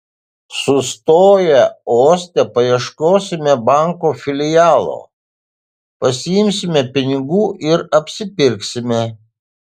sustoję uoste paieškosime banko filialo pasiimsime pinigų ir apsipirksime